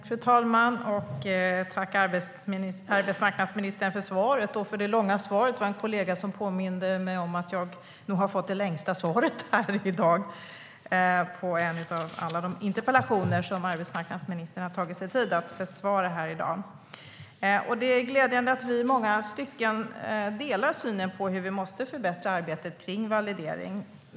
Fru talman! Tack, arbetsmarknadsministern, för svaret - det långa svaret! En kollega påminde mig om att jag nog har fått det längsta svaret på en av alla de interpellationer som arbetsmarknadsministern har tagit sig tid att besvara här i dag. Det är glädjande att vi i många stycken delar synen på hur vi måste förbättra arbetet kring validering.